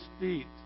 feet